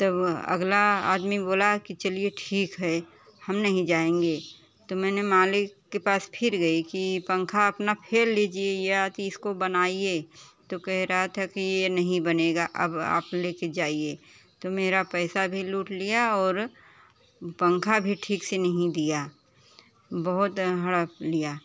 तब अगला आदमी बोला की चलिए ठीक है हम नहीं जाएंगे तो मैंने मालिक के पास फिर गई की पंखा अपना फेर लीजिए या तो इसको बनाइये तो कह रहा था कि ये नहीं बनेगा अब आप लेके जाइए तो मेरा पैसा भी लूट लिया और पंखा भी ठीक से नहीं दिया बहुत हड़प लिया